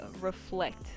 reflect